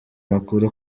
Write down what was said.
makuru